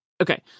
okay